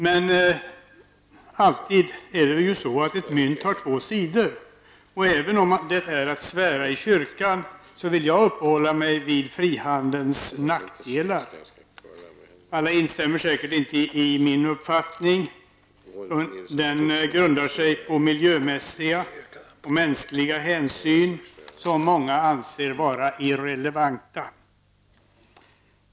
Men ett mynt har alltid två sidor, och även om det är som att svära i kyrkan vill jag uppehålla mig vid frihandelns nackdelar. Alla instämmer säkert inte i min uppfattning. Den grundar sig på miljömässiga och mänskliga hänsyn som många anser vara irrelevanta.